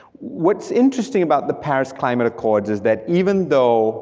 what's interesting about the paris climate accords is that even though